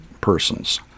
persons